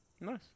Nice